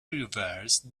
reversed